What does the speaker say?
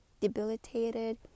debilitated